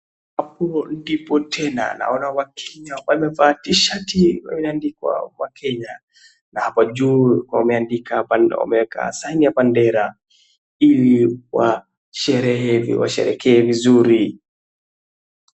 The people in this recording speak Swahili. Hapo ndipo tena, naona WaKenya wamevaa tishati iliyoandikwa WaKenya, na hapo juu wameandika bendera, wameeka sign ya bendera, ili washerehekee vizuri.